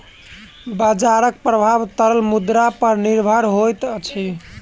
बजारक प्रभाव तरल मुद्रा पर निर्भर होइत अछि